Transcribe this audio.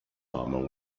armour